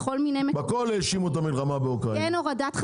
בכל האשימו את המלחמה באוקראינה.